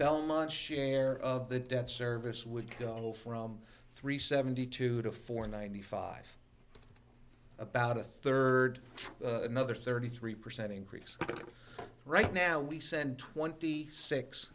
belmont share of the debt service would go from three seventy two to four ninety five about a third another thirty three percent increase right now we sent twenty six